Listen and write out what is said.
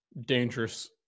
dangerous